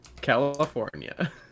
California